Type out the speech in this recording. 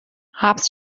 حبس